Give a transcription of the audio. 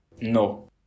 No